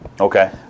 Okay